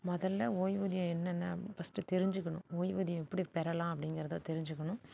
முதல்ல ஓய்வூதியம் என்னென்ன ஃபஸ்ட்டு தெரிஞ்சுக்கணும் ஓய்வூதியம் எப்படி பெறலாம் அப்படிங்கறத தெரிஞ்சுக்கணும்